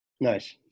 Nice